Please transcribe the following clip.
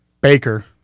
Baker